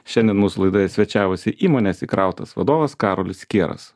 šiandien mūsų laidoje svečiavosi įmonės įkrautas vadovas karolis kieras